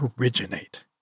originate